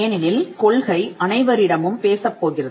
ஏனெனில் கொள்கை அனைவரிடமும் பேசப் போகிறது